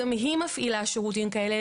גם היא מפעילה שירותים כאלה,